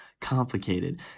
complicated